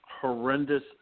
horrendous